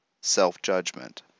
self-judgment